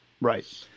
Right